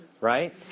right